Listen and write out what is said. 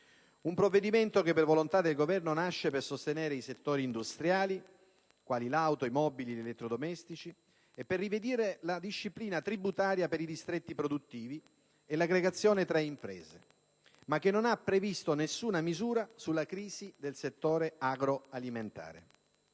Un provvedimento che, per volontà del Governo, nasce per sostenere i settori industriali che producono auto, mobili, elettrodomestici e per rivedere la disciplina tributaria per i distretti produttivi e l'aggregazione tra imprese, ma che non ha previsto nessuna misura per la crisi del settore agro-alimentare.